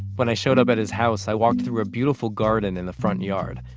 when i showed up at his house i walked through a beautiful garden in the front yard.